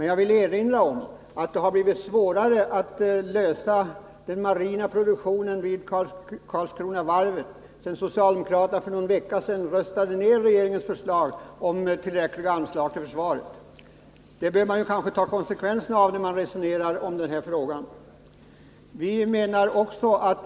Jag vill erinra om att det nu har blivit svårare att lösa frågan om den marina produktionen vid Karlskronavarvet sedan socialdemokraterna för någon vecka sedan röstade ned regeringens förslag om anslag till försvaret. Man bör kanske från socialdemokratiskt håll ta konsekvenserna av det när man diskuterar denna fråga.